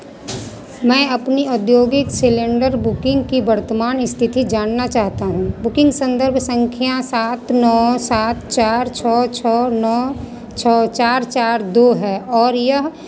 मैं अपनी औद्योगिक सिलेंडर बुकिंग की वर्तमान स्थिति जानना चाहता हूँ बुकिंग संदर्भ संख्या सात नौ सात चार छः छः नौ छः चार चार दो है और यह